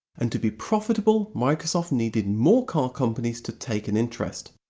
and to be profitable microsoft needed more car companies to take an interest.